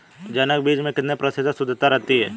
जनक बीज में कितने प्रतिशत शुद्धता रहती है?